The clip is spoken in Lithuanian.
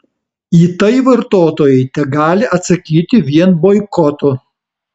į tai vartotojai tegali atsakyti vien boikotu